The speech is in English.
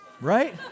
right